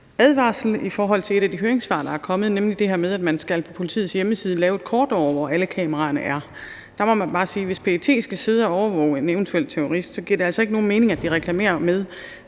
advarsel i forhold til et af de høringssvar, der er kommet, nemlig det, der handler om, at man på politiets hjemmeside skal lave et kort over, hvor alle kameraerne er. Der må man bare sige, at hvis PET skal sidde og overvåge en eventuel terrorist, så giver det altså ikke nogen mening, at de reklamerer med,